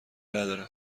نداره